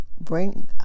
bring